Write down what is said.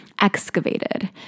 excavated